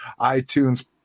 iTunes